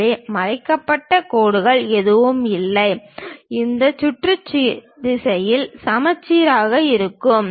எனவே மறைக்கப்பட்ட கோடுகள் எதுவும் இல்லை இந்த சுற்று திசையில் சமச்சீராக இருக்கும்